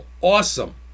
awesome